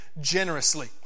generously